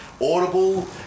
Audible